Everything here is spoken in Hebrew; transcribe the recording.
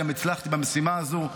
גם הצלחתי במשימה הזו,